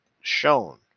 shown